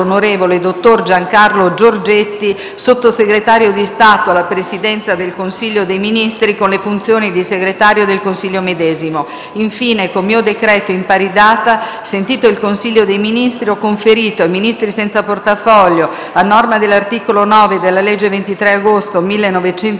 l'onorevole dottor Giancarlo GIORGETTI Sottosegretario di Stato alla Presidenza del Consiglio dei ministri, con le funzioni di Segretario del Consiglio medesimo. Infine, con mio decreto in pari data, sentito il Consiglio dei ministri, ho conferito ai Ministri senza portafoglio, a norma dell'articolo 9 della legge 23 agosto 1988,